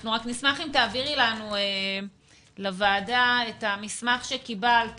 אנחנו רק נשמח אם תעבירי לנו לוועדה את המסמך שקיבלת